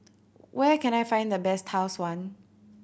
where can I find the best Tau Suan